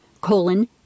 colon